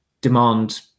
demand